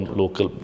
local